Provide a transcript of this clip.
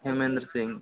Himendra Singh